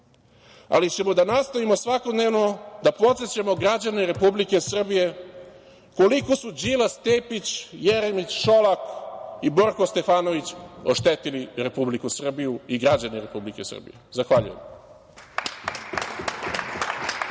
ali ćemo da nastavimo svakodnevno da podsećamo građane Republike Srbije koliko su Đilas, Tepić, Jeremić, Šolak i Borko Stefanović oštetili Republiku Srbiju i građane Republike Srbije. Zahvaljujem.